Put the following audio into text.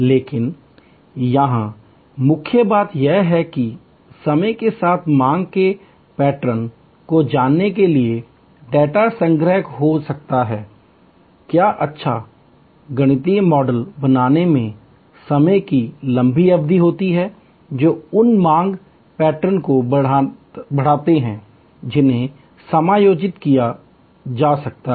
लेकिन यहाँ मुख्य बात यह है कि समय के साथ मांग के प्रतिरूपपैटर्न को जानने के लिए डेटा संग्रह हो सकता है क्या अच्छा गणितीय मॉडल बनाने में समय की लंबी अवधि होती है जो उन मांग पैटर्न को बढ़ाते हैं जिन्हें समायोजित किया जा सकता है